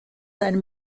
einem